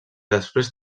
després